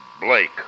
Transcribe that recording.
Blake